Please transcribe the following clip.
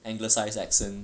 anglicized accent